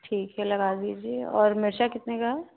ठीक है लगा दीजिये और मिर्चा कितने का है